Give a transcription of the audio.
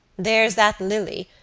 there's that lily,